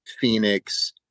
Phoenix